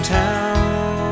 town